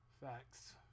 Facts